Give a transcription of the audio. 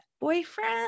boyfriend